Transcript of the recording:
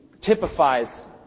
typifies